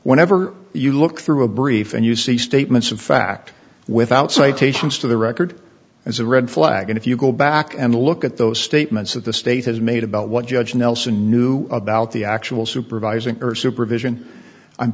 whenever you look through a brief and you see statements of fact without citations to the record as a red flag and if you go back and look at those statements that the state has made about what judge nelson knew about the actual supervising or supervision i'm